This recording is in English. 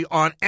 on